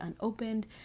unopened